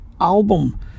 album